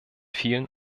vielen